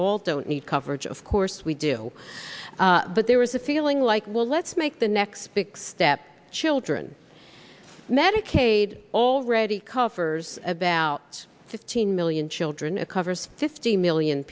all don't need verge of course we do but there was a feeling like well let's make the next big step children medicaid already covers about fifteen million children it covers fifty million